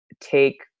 take